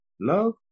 Love